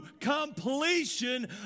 completion